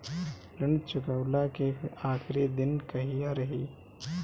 ऋण चुकव्ला के आखिरी दिन कहिया रही?